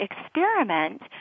experiment